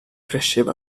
cresceva